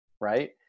right